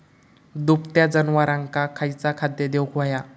दुभत्या जनावरांका खयचा खाद्य देऊक व्हया?